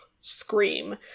scream